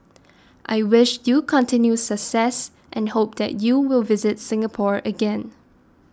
I wish you continued success and hope that you will visit Singapore again